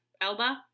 Elba